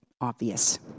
obvious